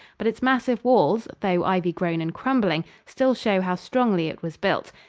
but its massive walls, though ivy-grown and crumbling, still show how strongly it was built.